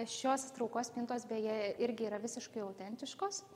šios traukos spintos beje irgi yra visiškai autentiškos